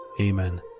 Amen